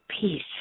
peace